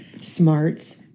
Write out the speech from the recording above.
smarts